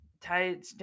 tied